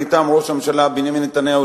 מטעם ראש הממשלה בנימין נתניהו,